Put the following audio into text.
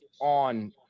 on